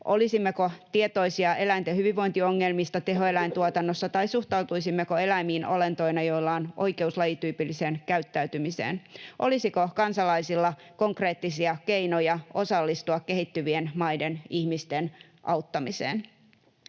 Olisimmeko tietoisia eläinten hyvinvointiongelmista tehoeläintuotannossa tai suhtautuisimmeko eläimiin olentoina, joilla on oikeus lajityypilliseen käyttäytymiseen? Olisiko kansalaisilla konkreettisia keinoja osallistua kehittyvien maiden ihmisten auttamiseen?